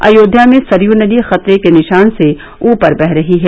अयोध्या में सरयू नदी खतरे के निशान से ऊपर बह रही है